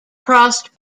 crossed